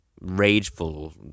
rageful